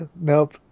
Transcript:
nope